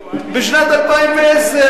בשנת 2010,